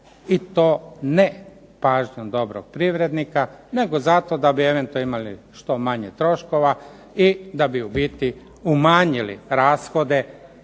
i to ne pažnjom dobrog privrednika nego zato da bi eventualno imali što manje troškova i da bi u biti umanjili rashode